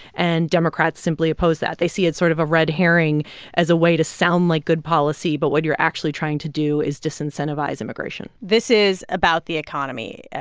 and democrats simply oppose that. they see it sort of a red herring as a way to sound like good policy, but what you're actually trying to do is disincentivize immigration this is about the economy,